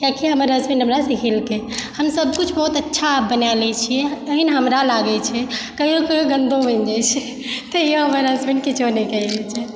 कियाकि हमर हसबैंड हमरा सिखेलकै हम सबकुछ बहुत अच्छा आब बनै लैत छियै एहन हमरा लागैत छै कहिओ कहिओ गंदो बनि जाइत छै तहिओ हमर हसबैंड किछु नहि कहय छथि